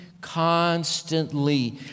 constantly